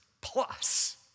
plus